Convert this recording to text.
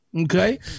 okay